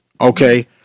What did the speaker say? Okay